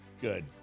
Good